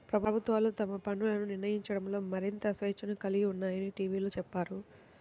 ప్రభుత్వాలు తమ పన్నులను నిర్ణయించడంలో మరింత స్వేచ్ఛను కలిగి ఉన్నాయని టీవీలో చెప్పారు